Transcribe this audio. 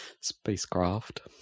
spacecraft